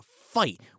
fight